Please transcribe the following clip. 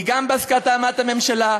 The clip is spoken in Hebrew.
היא גם בהסכמת הממשלה,